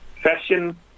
fashion